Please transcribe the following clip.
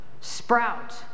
sprout